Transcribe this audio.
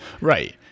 right